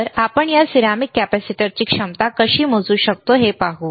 तर आपण या सिरेमिक कॅपेसिटरची क्षमता कशी मोजू शकतो ते पाहू